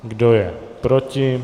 Kdo je proti?